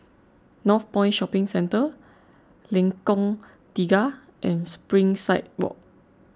Northpoint Shopping Centre Lengkong Tiga and Springside Walk